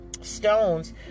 stones